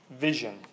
vision